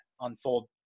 unfold